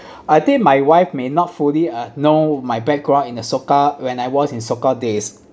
I think my wife may not fully uh know my background in the soccer when I was in soccer days